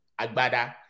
agbada